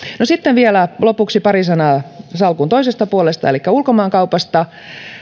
no sitten vielä lopuksi pari sanaa salkun toisesta puolesta elikkä ulkomaankaupasta